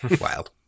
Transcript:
wild